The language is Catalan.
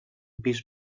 pis